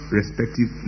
respective